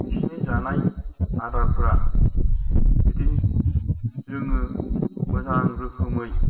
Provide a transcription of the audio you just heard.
बिसिनि जानाय आदारफोरा जुदि जोङो मोजां रोखोमै